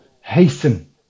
hasten